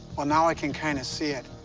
oh, now i can kind of see it.